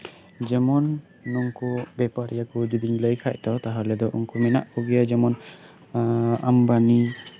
ᱡᱮᱢᱚᱱ ᱱᱩᱠᱩ ᱵᱟᱯᱟᱨᱤᱭᱟᱹ ᱠᱚ ᱡᱩᱫᱤᱢ ᱞᱟᱭ ᱠᱷᱟᱱ ᱫᱚ ᱛᱟᱦᱚᱞᱮ ᱫᱚ ᱩᱱᱠᱩ ᱢᱮᱱᱟᱜ ᱠᱚᱜᱮᱭᱟ ᱡᱮᱢᱚᱱ ᱟᱢᱵᱟᱱᱤ